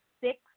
six